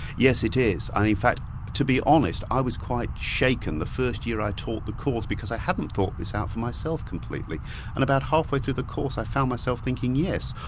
yes, it is. and in fact to be honest, i was quite shaken the first year i taught the course, because i hadn't thought this out for myself completely, and about half-way through the course i found myself thinking, yes,